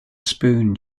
spoon